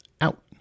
out